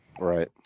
Right